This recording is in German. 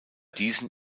diesen